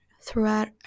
throughout